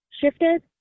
shifted